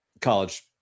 college